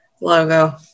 logo